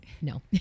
No